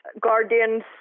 guardians